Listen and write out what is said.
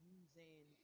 using